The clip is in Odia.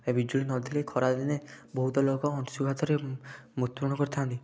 ବିଜୁଳି ନଥିଲେ ଖରାଦିନେ ବହୁତ ଲୋକ ଅଂଶୁ ଘାତରେ ମୄତ୍ୟୁ ବରଣ କରିଥାନ୍ତି